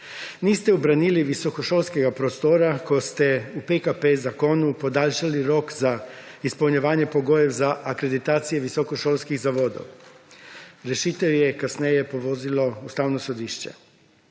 Niste obranili visokošolskega prostora, ko ste v zakonu PKP podaljšali rok za izpolnjevanje pogojev za akreditacije visokošolskih zavodov. Rešitev je kasneje povozilo Ustavno sodišče.